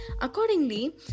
accordingly